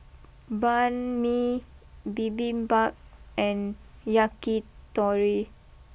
Banh Mi Bibimbap and Yakitori